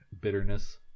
bitterness